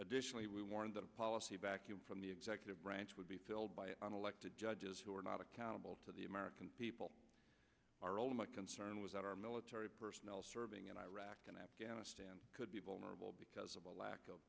additionally we warned them policy backing from the executive branch would be filled by unelected judges who are not accountable to the american people are all my concern was that our military personnel serving in iraq and afghanistan could be vulnerable because of a lack of